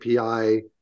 API